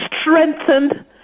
strengthened